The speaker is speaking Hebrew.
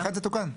לאחר שתוקן.